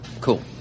cool